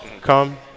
Come